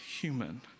human